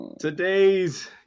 Today's